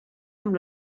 amb